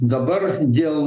dabar dėl